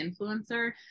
influencer